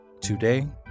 Today